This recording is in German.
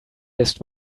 lässt